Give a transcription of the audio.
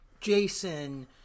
Jason